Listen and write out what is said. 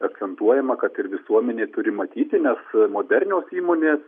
akcentuojama kad ir visuomenė turi matyti nes modernios įmonės